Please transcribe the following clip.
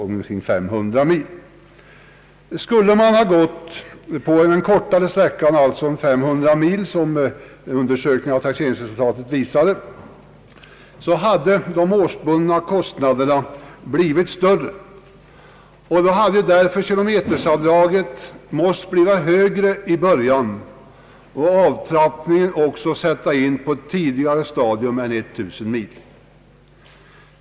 Om man hade räknat efter den kortare sträckan, 500 mil, som undersökningen av taxeringarna visade, hade de årsbundna kostnaderna blivit större, Då hade i så fall kilometeravdraget måst bli högre i början och avtrappningen också måst sättas in på ett tidigare stadium än 1 000 mil.